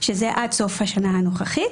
שזה עד סוף השנה הנוכחית.